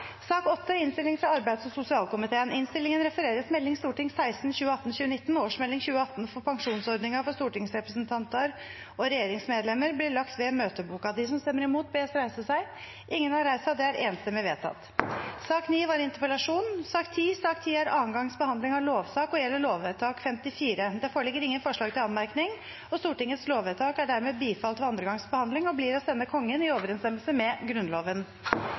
Sak nr. 10 er andre gangs behandling av lovsak og gjelder lovvedtak 54. Det foreligger ingen forslag til anmerkning. Stortingets lovvedtak er dermed bifalt ved andre gangs behandling og blir å sende Kongen i overensstemmelse med Grunnloven.